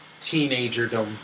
teenagerdom